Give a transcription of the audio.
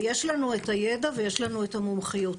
ויש לנו את הידע ויש לנו את המומחיות,